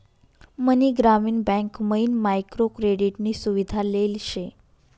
मनी ग्रामीण बँक मयीन micro credit नी सुविधा लेल शे